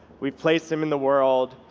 we've placed him in the world,